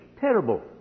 Terrible